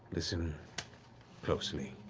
listen closely.